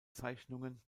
zeichnungen